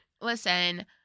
Listen